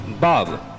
Bob